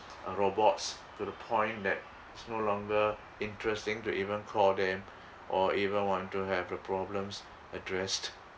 uh robots to the point that it's no longer interesting to even call them or even want to have a problems addressed